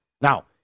Now